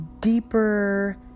deeper